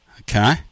okay